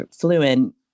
fluent